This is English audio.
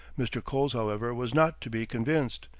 mr. coles, however, was not to be convinced.